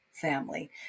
family